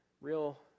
real